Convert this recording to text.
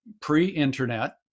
pre-internet